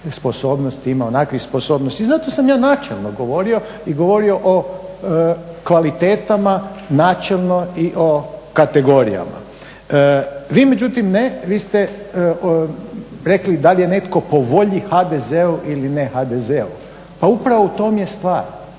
ima onakvih sposobnosti. I zato sam ja načelno govorio i govorio o kvalitetama načelno i o kategorijama. Vi međutim ne, vi ste rekli da li je netko po volji HDZ-u ili ne HDZ-u. Pa upravo u tome je stvar